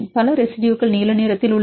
பல ரெசிடுயுகள் நீல நிறத்தில் உள்ளன